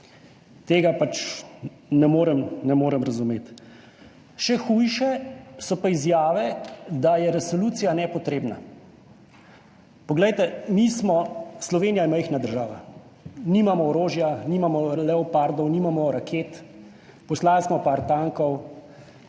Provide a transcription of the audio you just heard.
ne morem, ne morem razumeti, še hujše so pa izjave, da je resolucija nepotrebna. Poglejte, mi smo, Slovenija je majhna država, nimamo orožja, nimamo leopardov, nimamo raket, poslali smo par tankov,